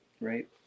Right